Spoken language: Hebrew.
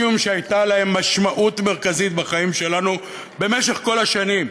משום שהייתה להן משמעות מרכזית בחיים שלנו במשך כל השנים.